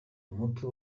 umutwe